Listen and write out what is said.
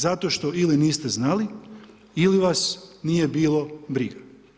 Zato što ili niste znali, ili vas nije bilo briga.